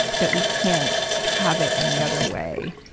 but we can't have it any other way.